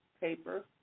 paper